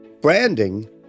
Branding